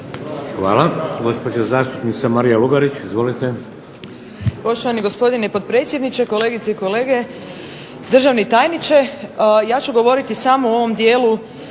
Hvala. Gospođa zastupnica Marija Lugarić. Izvolite.